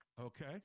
Okay